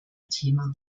thema